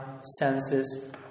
senses